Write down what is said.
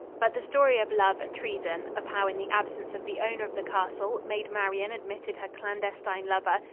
but the story of love and treason, of how in the absence of the owner of the castle, maid marion admitted her clandestine lover,